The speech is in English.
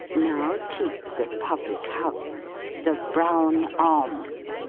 now keeps a public house the brown arms,